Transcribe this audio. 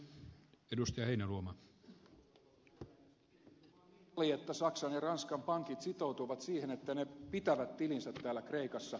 kyllä se nyt vaan niin oli että saksan ja ranskan pankit sitoutuivat siihen että ne pitävät tilinsä täällä kreikassa